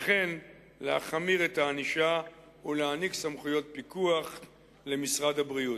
וכן להחמיר את הענישה ולהעניק סמכויות פיקוח למשרד הבריאות.